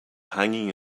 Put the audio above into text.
hanging